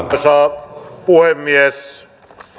arvoisa puhemies